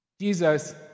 Jesus